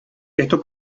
esto